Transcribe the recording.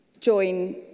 Join